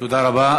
תודה רבה.